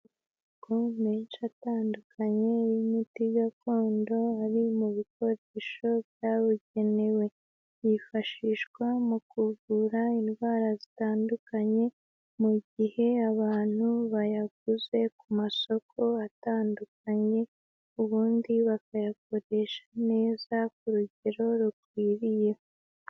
Amoko menshi atandukanye y'imiti gakondo ari mu bikoresho byabugenewe, yifashishwa mu kuvura indwara zitandukanye, mu gihe abantu bayaguze ku masoko atandukanye, ubundi bakayakoresha neza ku rugero rukwiriye.